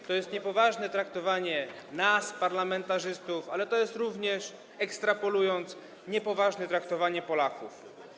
To nie jest niepoważne traktowanie nas, parlamentarzystów, ale to jest również, ekstrapolując, niepoważne traktowanie Polaków.